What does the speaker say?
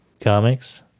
comics